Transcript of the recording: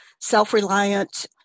self-reliant